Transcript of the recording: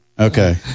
Okay